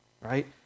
right